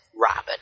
Robin